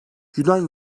yunan